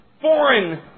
foreign